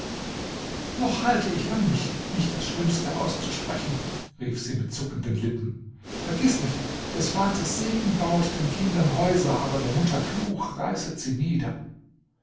noch halte ich an mich nicht das schlimmste auszusprechen rief sie mit zuckenden lippen vergiß nicht des vaters segen bauet den kindern häuser aber der mutter fluch reißt sie nieder